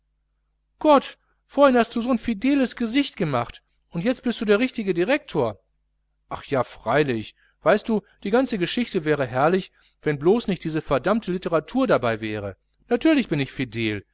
gott vorhin hast du so'n fideles gesicht gemacht und jetzt bist du der richtige direktor ach ja freilich weißt du die ganze geschichte wäre herrlich wenn blos nicht diese verdammte literatur dabei wäre natürlich bin ich fidel